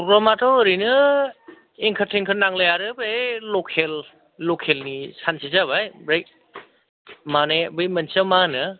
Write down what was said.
प्रग्रामाथ' ओरैनो एंकार टेंकार नांलाया आरो बेहाय लकेलनि सानसे जाबाय ओमफ्राय माने बै मोनसेया मा होनो